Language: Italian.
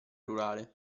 rurale